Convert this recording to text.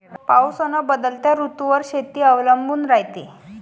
पाऊस अन बदलत्या ऋतूवर शेती अवलंबून रायते